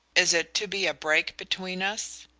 is it to be a break between us?